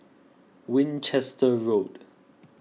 Winchester Road